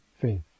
faith